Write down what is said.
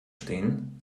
stehen